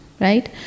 Right